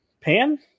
pan